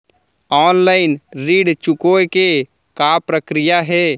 Online ऋण चुकोय के का प्रक्रिया हे?